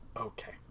okay